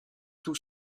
tout